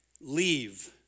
leave